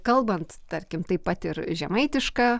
kalbant tarkim taip pat ir žemaitiška